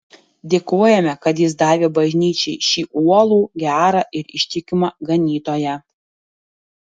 dėkojame kad jis davė bažnyčiai šį uolų gerą ir ištikimą ganytoją